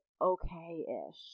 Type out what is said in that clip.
okay-ish